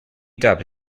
dot